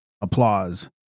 Applause